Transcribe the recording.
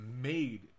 made